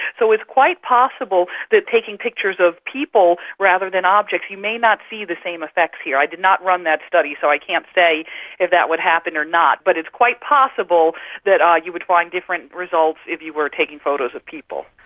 so it's quite possible that taking pictures of people rather than objects, you may not see the same effects here, i did not run that study so i cannot say if that would happen or not, but it's quite possible that ah you would find different results if you were taking photos of people.